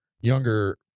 younger